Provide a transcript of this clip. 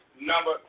number